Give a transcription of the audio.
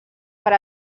per